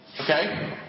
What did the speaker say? Okay